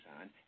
on